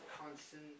constant